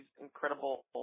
incredible